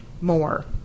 more